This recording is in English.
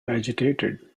agitated